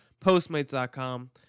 Postmates.com